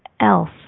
else